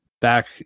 back